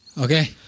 Okay